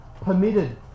permitted